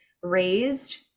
raised